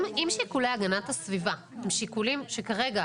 אם שיקולי הגנת הסביבה הם שיקולים שכרגע